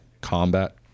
combat